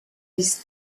his